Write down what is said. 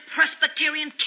Presbyterian